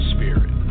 Spirit